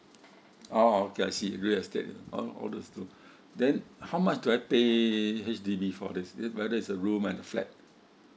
oh okay I see real estate all those two then how much do I pay H_D_B for this it whether it a room and flat